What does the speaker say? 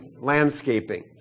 landscaping